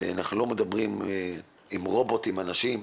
ואנחנו לא מדברים עם רובוטים אלא עם אנשים.